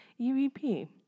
EVP